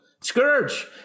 Scourge